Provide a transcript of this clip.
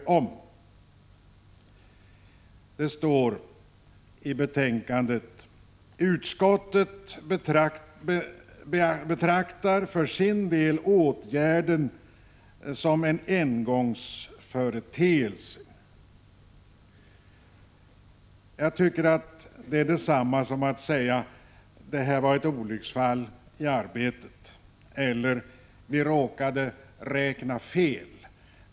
Det står bl.a. följande i betänkandet: ”Utskottet betraktar för sin del åtgärden som en engångsföreteelse.” Ärinte detta detsamma som att säga att det var ett olycksfalli arbetet eller att vi råkade räkna fel?